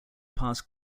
past